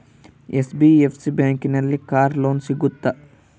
NBFC ಬ್ಯಾಂಕಿನಲ್ಲಿ car loan ಸಿಗುತ್ತಾ?